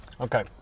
Okay